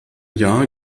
jahr